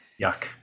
Yuck